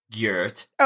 Gert